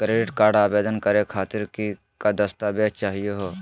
Credit card आवेदन करे खातीर कि क दस्तावेज चाहीयो हो?